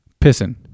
Pissing